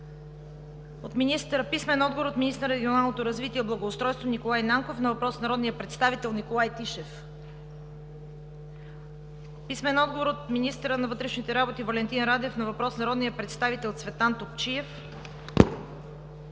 Кристина Сидорова; - министъра на регионалното развитие и благоустройството Николай Нанков на въпрос от народния представител Николай Тишев; - министъра на вътрешните работи Валентин Радев на въпрос от народния представител Цветан Топчиев;